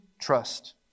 trust